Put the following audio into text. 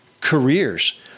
careers